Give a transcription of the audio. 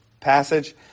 passage